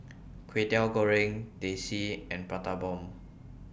Kway Teow Goreng Teh C and Prata Bomb